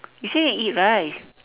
you say you want eat rice